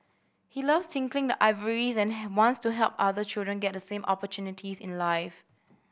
he loves tinkling the ivories and have wants to help other children get the same opportunities in life